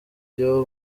byo